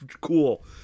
cool